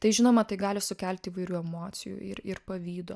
tai žinoma tai gali sukelti įvairių emocijų ir ir pavydo